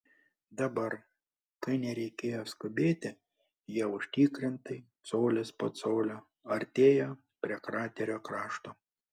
dabar kai nereikėjo skubėti jie užtikrintai colis po colio artėjo prie kraterio krašto